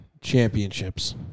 Championships